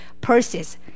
purses